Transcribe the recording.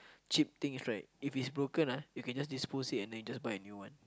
cheap thing right if it's broken lah you can just dispose it and buy a new one